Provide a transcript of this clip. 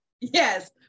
Yes